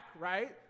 right